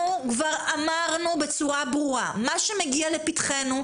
אמרנו בצורה ברורה שמה שמגיע לפתחנו,